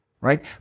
Right